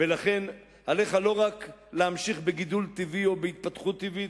ולכן עליך לא רק להמשיך בגידול טבעי או בהתפתחות טבעית,